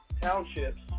townships